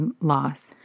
loss